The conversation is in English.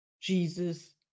Jesus